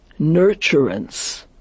nurturance